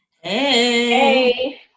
Hey